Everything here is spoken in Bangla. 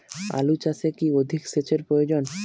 আলু চাষে কি অধিক সেচের প্রয়োজন?